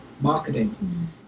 marketing